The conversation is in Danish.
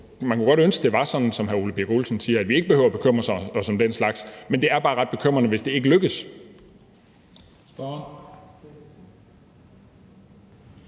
Så kunne man godt ønske, at det var sådan, som hr. Ole Birk Olesen siger, nemlig at vi ikke behøver at bekymre os om den slags, men det er bare ret bekymrende, hvis det ikke lykkes.